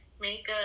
makeup